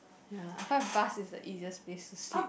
ya I find bus is the easiest place to sleep